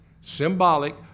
symbolic